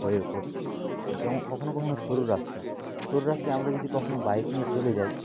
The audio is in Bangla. হয়ে ওঠে যেমন কখনও কখনও সরু রাস্তা সরু রাস্তায় আমরা যদি কখনও বাইক নিয়ে চলে যাই